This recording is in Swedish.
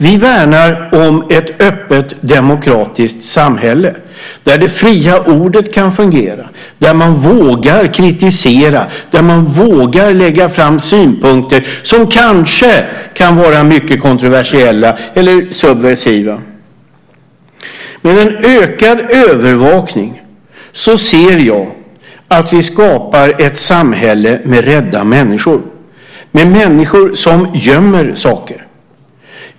Vi värnar om ett öppet demokratiskt samhälle där det fria ordet kan fungera, där man vågar kritisera och där man vågar lägga fram synpunkter som kanske kan vara mycket kontroversiella eller subversiva. Med en ökad övervakning ser jag att vi skapar ett samhälle med rädda människor, med människor som gömmer saker.